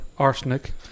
Arsenic